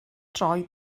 droed